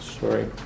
Sorry